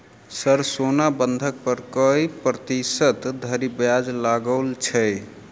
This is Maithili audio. सर सोना बंधक पर कऽ प्रतिशत धरि ब्याज लगाओल छैय?